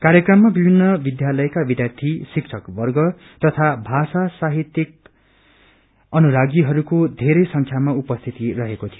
कार्यक्रममा विभिन्न विध्यालयका विध्यार्थी श्रिक्षक वर्ग तथा भाषा साहित्य अनुरागीहरूको धेरै संख्यामा उपस्थिति रहेको थियो